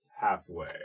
halfway